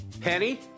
Penny